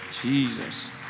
Jesus